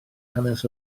hanes